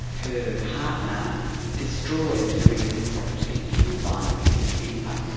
her partner destroyed the rental property in a violent fit of temper.